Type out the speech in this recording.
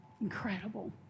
Incredible